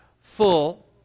full